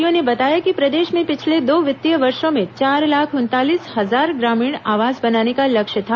विभागीय अधिकारियों ने बताया कि प्रदेश में पिछले दो वित्तीय वर्षो में चार लाख उनतालीस हजार ग्रामीण आवास बनाने का लक्ष्य था